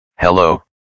Hello